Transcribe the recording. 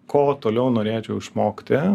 ko toliau norėčiau išmokti